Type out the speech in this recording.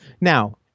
now